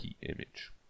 image